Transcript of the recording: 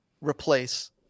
replace